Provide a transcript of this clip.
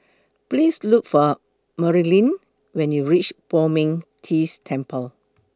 Please Look For Merilyn when YOU REACH Poh Ming Tse Temple